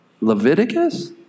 Leviticus